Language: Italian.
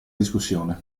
discussione